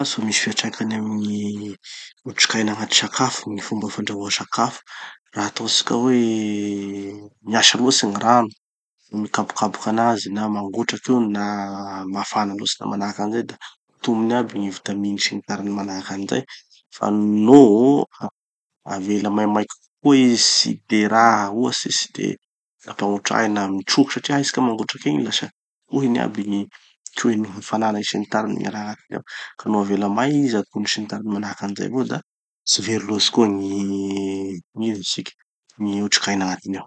misy fiatraikan'ny amy gny otrikaina agnaty sakafo gny fomba fandrahoa sakafo. Raha ataotsika hoe miasa loatsy gny rano. Mikabokaboky anazy na mangotraky io na mafana loatsy na manahaky anizay da sotominy aby gny vitaminy sy ny tariny manahaky anizay. Fa nô avela maimaika kokoa izy tsy de raha, ohatsy tsy de nampangotrahy na amy gny troky. Satria haitsika mangotraky igny lasa trohiny aby gny, trohin'ny gny hafanana sy ny tariny gny raha agnatiny ao. Ka no avela may izy, atono sy ny tariny manahaky anizay avao da, tsy very loatsy koa gny, gn'ino izy tiky, gny otrikaina agnatiny ao.